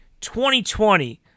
2020